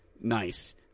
Nice